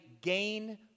gain